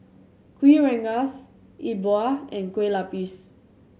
Kuih Rengas Yi Bua and Kueh Lapis